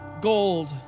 gold